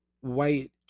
white